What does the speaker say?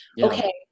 okay